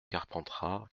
carpentras